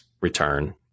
return